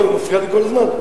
הוא מפריע לי כל הזמן.